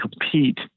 compete